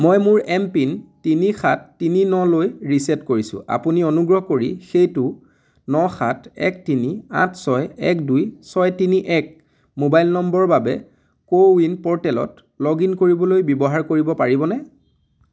মই মোৰ এমপিন তিনি সাত তিনি ন লৈ ৰিছেট কৰিছোঁ আপুনি অনুগ্ৰহ কৰি সেইটো ন সাত এক তিনি আঠ ছয় এক দুই ছয় তিনি এক মোবাইল নম্বৰৰ বাবে কো ৱিন প'ৰ্টেলত লগ ইন কৰিবলৈ ব্যৱহাৰ কৰিব পাৰিবনে